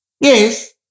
Yes